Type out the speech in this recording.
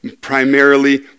Primarily